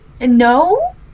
no